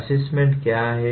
assessment क्या है